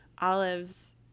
Olive's